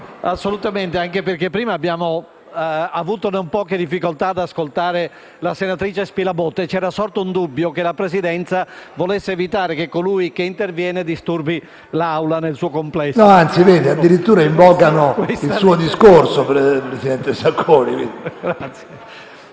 Assolutamente, anche perché prima abbiamo avuto non poche difficoltà ad ascoltare la senatrice Spilabotte e c'era sorto il dubbio che la Presidenza volesse evitare che colui che interviene disturbi l'Aula nel suo complesso. PRESIDENTE. E invece addirittura invocano il suo discorso, presidente Sacconi.